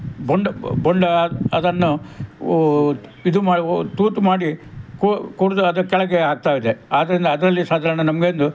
bond ಬೊಂಡ ಅದನ್ನು ಇದು ಮಾ ತೂತು ಮಾಡಿ ಕುಡಿದು ಅದು ಕೆಳಗೆ ಹಾಕ್ತಾಯಿದೆ ಆದ್ದರಿಂದ ಅದರಲ್ಲಿ ಸಾಧಾರಣ ನಮಗೆ ಒಂದು